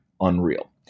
Unreal